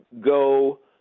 go